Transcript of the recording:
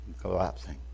collapsing